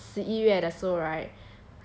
那时十一月的时候 right